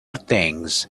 things